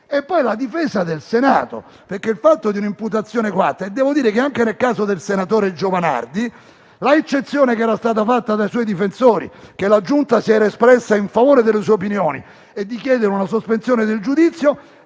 chiedo la difesa del Senato, perché c'è stata un'imputazione coatta. Devo dire che, anche nel caso del senatore Giovanardi, l'eccezione che era stata fatta dai suoi difensori (relativa al fatto che la Giunta si era espressa in favore delle sue opinioni e di chiedere una sospensione del giudizio)